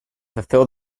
fulfill